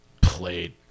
played